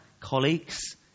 colleagues